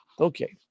okay